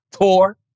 tour